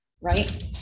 right